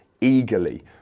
eagerly